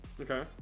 Okay